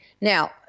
Now